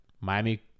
Miami